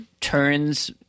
turns